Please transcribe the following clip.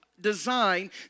design